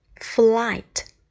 Flight